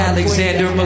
Alexander